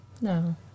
No